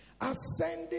Ascending